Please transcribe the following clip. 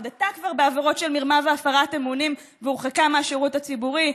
היא הודתה כבר בעבירות של מרמה והפרת אמונים והורחקה מהשירות הציבורי.